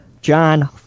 John